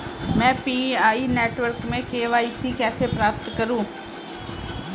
मैं PI network में KYC कैसे प्राप्त करूँ?